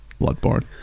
Bloodborne